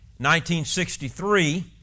1963